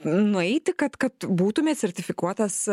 nueiti kad kad būtumėt sertifikuotas